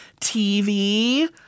TV